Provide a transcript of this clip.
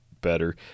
better